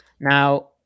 Now